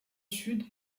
sud